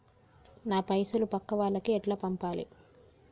నా పైసలు పక్కా వాళ్లకి ఎట్లా పంపాలి?